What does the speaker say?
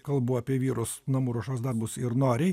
kalbu apie vyrus namų ruošos darbus ir noriai